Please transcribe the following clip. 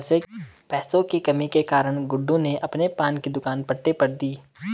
पैसे की कमी के कारण गुड्डू ने अपने पान की दुकान पट्टे पर दी